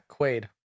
Quaid